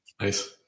Nice